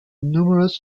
numerous